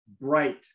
bright